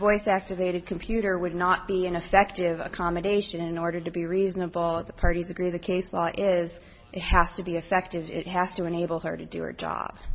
voice activated computer would not be an effective accommodation in order to be reasonable if the parties agree the case law is it has to be effective it has to enable her to do her job